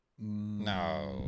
No